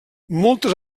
moltes